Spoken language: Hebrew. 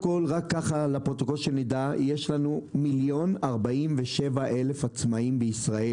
אני אומר לפרוטוקול שיש לנו 1,000,047 עצמאים בישראל.